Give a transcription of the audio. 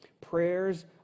Prayers